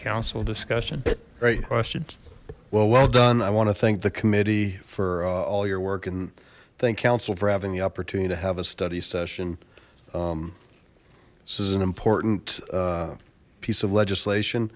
council discussion great questions well well done i want to thank the committee for all your work and thank council for having the opportunity to have a study session this is an important piece of legislation